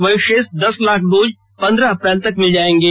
वहीं शेष दस लाख डोज पंद्रह अप्रैल तक मिल जाएंगे